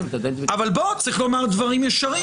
אבל צריך לומר דברים ישרים.